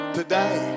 today